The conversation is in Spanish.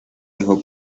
dejó